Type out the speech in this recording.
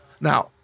Now